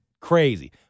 crazy